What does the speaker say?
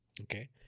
Okay